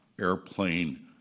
airplane